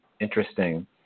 interesting